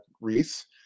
Reese